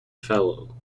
fellow